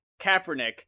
Kaepernick